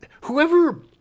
Whoever